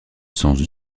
sens